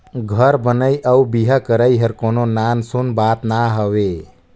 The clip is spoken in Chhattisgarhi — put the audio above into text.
घर बनई अउ बिहा करई हर कोनो नान सून बात ना हवे